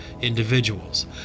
individuals